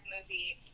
movie